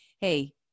hey